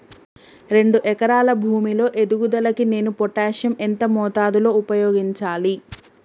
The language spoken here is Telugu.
రెండు ఎకరాల భూమి లో ఎదుగుదలకి నేను పొటాషియం ఎంత మోతాదు లో ఉపయోగించాలి?